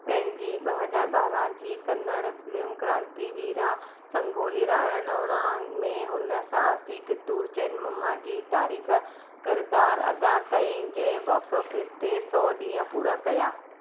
पंहिंजी ॿ हज़ार ॿारहं जी कन्नड़ फिल्म क्रांतिवीरा संगोली रायण्णा में हुन साहसी कित्तूर चेन्नम्मा जो तारीख़ किरदारु अदा कई जंहिं बॉक्सऑफ़िस ते सौ ॾींहं पूरा कया